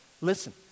Listen